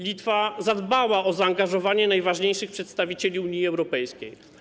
Litwa zadbała o zaangażowanie najważniejszych przedstawicieli Unii Europejskiej.